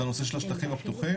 זה הנושא של השטחים הפתוחים.